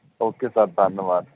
okay sir ਧੰਨਵਾਦ